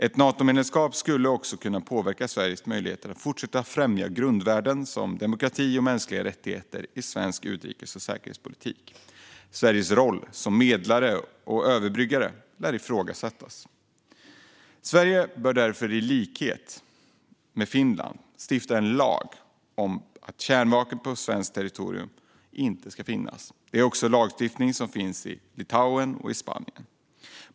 Ett Natomedlemskap skulle också kunna påverka Sveriges möjligheter att fortsätta att främja grundvärden som demokrati och mänskliga rättigheter i svensk utrikes och säkerhetspolitik. Sveriges roll som medlare och överbryggare lär ifrågasättas. Sverige bör därför, i likhet med Finland, stifta en lag om att kärnvapen inte ska finnas på svenskt territorium. Det är också en lagstiftning som finns i Litauen och Spanien.